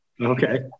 okay